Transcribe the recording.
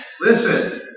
Listen